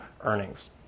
earnings